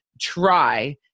try